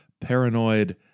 paranoid